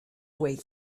wait